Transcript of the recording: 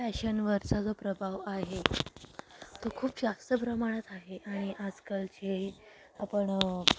फॅशनवरचा जो प्रभाव आहे तो खूप जास्त प्रमाणात आहे आणि आजकालचे आपण